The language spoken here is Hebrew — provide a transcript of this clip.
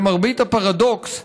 למרבה הפרדוקס,